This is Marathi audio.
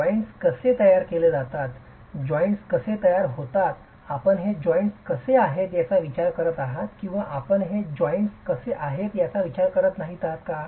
जॉइन्ट्स कसे तयार केले जातात जॉइन्ट्स कसे तयार होतात आपण हे जॉइन्ट्स कसे आहेत याचा विचार करत आहात किंवा आपण हे जॉइन्ट्स कसे आहेत याचा विचार करत नाही आहात का